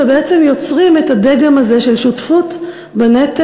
ובעצם יוצרים את הדגם הזה של שותפות בנטל,